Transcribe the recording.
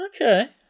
okay